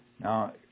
Now